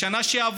רק בשנה שעברה